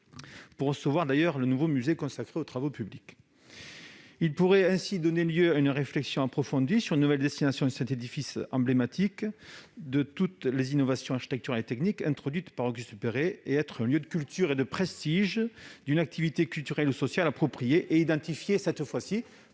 pour recevoir un nouveau musée consacré aux travaux publics. Il pourrait ainsi donner lieu à une réflexion approfondie sur une nouvelle destination de cet édifice emblématique de toutes les innovations architecturales et techniques introduites par Auguste Perret et être le lieu de culture et de prestige d'une activité culturelle ou sociale appropriée et identifiée cette fois